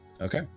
Okay